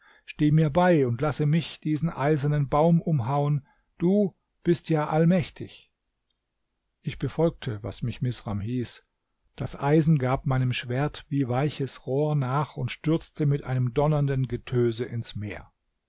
steh mir bei und lasse mich diesen eisernen baum umhauen du bist ja allmächtig ich befolgte was mich misram hieß das eisen gab meinem schwert wie ein weiches rohr nach und stürzte mit einem donnernden getöse ins meer